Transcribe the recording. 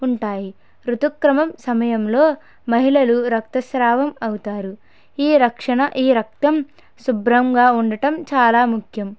ఉంటాయి రుతుక్రమం సమయంలో మహిళలు రక్తస్రావం అవుతారు ఈ రక్షణ ఈ రక్తం శుభ్రంగా ఉండటం చాలా ముఖ్యం